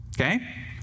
Okay